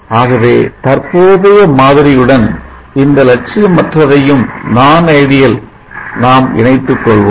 ஆகவே தற்போதைய மாதிரியுடன் இந்த லட்சிய மற்றதையும் நாம் இணைத்துக் கொள்வோம்